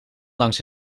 langs